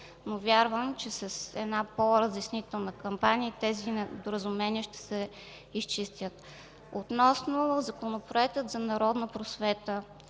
Но вярвам, че с една по-разяснителна кампания тези недоразумения ще се изчистят. Относно Законопроекта за народната просвета,